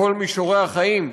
בכל מישורי החיים,